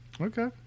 Okay